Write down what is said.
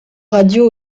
radios